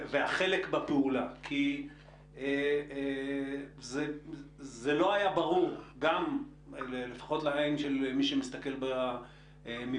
והחלק בפעולה כי זה לא היה ברור לפחות לעין של מי שמסתכל מבחוץ